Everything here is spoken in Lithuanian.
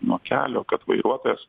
nuo kelio kad vairuotojas